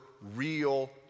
real